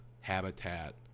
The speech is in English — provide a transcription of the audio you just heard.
habitat